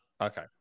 okay